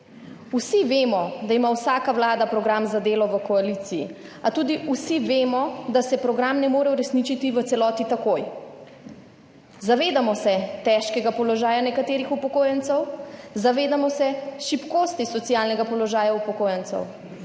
Vsi vemo, da ima vsaka vlada program za delo v koaliciji, a tudi vsi vemo, da se program ne more uresničiti v celoti takoj. Zavedamo se težkega položaja nekaterih upokojencev, zavedamo se šibkosti socialnega položaja upokojencev,